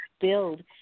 build